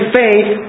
faith